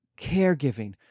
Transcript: caregiving